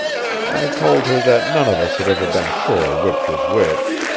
i told her that none of us had ever been sure which was which.